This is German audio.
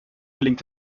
gelingt